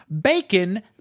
Bacon